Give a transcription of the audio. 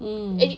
mm